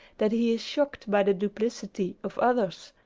that he is shocked by the duplicity of others.